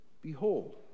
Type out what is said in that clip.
Behold